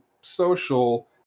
social